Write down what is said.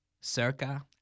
Circa